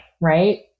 right